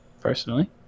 personally